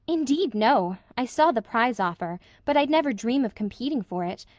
indeed, no! i saw the prize offer, but i'd never dream of competing for it.